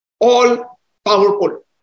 all-powerful